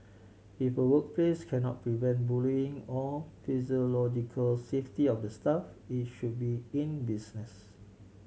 if a workplace cannot prevent bullying or psychological safety of the staff it should be in business